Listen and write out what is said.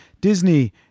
Disney